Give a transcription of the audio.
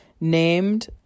named